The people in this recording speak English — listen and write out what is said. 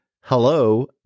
Hello